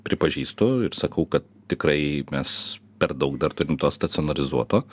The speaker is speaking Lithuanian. pripažįstu ir sakau kad tikrai mes per daug dar turim to stacionarizuoto